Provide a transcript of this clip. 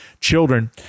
children